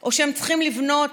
או שהם צריכים לבנות